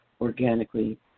organically